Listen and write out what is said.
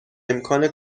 امکان